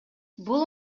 бул